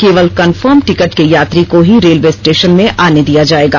केवल confirm ticket के यात्री को ही रेलवे स्टेशन में आने दिया जाएगा